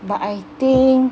but I think